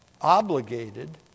obligated